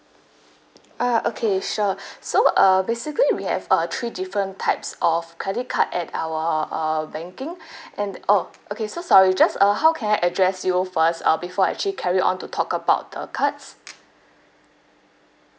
ah okay sure so uh basically we have uh three different types of credit card at our uh banking and oh okay so sorry just uh how can I address you first ah before actually carry on to talk about the cards